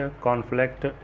conflict